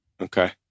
Okay